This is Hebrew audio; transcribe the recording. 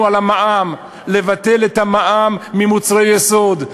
על המע"מ: לבטל את המע"מ על מוצרי יסוד,